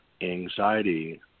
anxiety